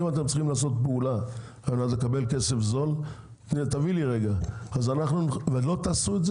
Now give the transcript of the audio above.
אם אתם צריכים לעשות פעולה על מנת לקבל כסף זול ולא תעשו את זה